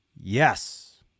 Yes